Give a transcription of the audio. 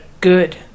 Good